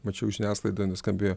mačiau žiniasklaidoje nuskambėjo